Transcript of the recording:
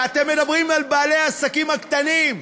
אתם מדברים על בעלי העסקים הקטנים,